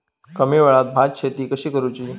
कमी वेळात भात शेती कशी करुची?